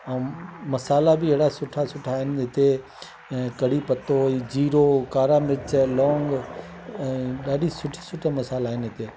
ऐं मसाला बि अहिड़ा सुठा सुठा आहिनिते ऐं कढ़ी पत्तो ए जीरो कारा मिर्च लॉंग ॾाढा सुठा सुठा मसाला आहिनि हिते